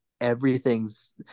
everything's